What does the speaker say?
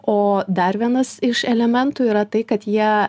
o dar vienas iš elementų yra tai kad jie